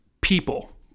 people